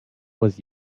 was